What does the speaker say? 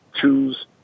choose